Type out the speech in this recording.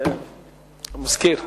חכה רגע.